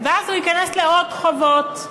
ואז הוא ייכנס לעוד חובות,